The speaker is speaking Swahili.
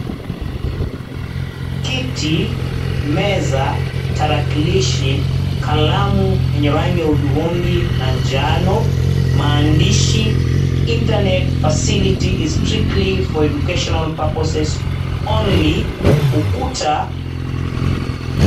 Kiti, meza , tarakilishi, kalamu yenye rangi ya hudhurungi na njano, maandishi internet facility is strictly for education purposes only , ukuta.